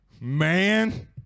Man